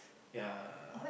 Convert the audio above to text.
ya